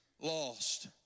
lost